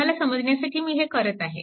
तुम्हाला समजण्यासाठी मी हे करत आहे